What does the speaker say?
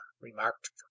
remarked